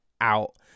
out